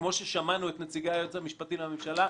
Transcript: וכמו ששמענו את נציג היועץ המשפטי לממשלה,